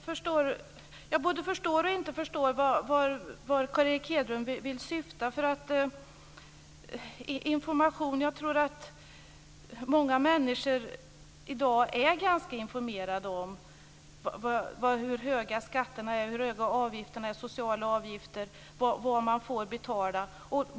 Fru talman! Jag både förstår och inte förstår vart Carl Erik Hedlund vill syfta. Jag tror att många människor i dag är ganska informerade om hur höga skatterna är, hur höga de sociala avgifterna är, vad man får betala.